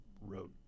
wrote